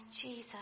Jesus